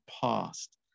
past